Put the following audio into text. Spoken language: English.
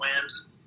wins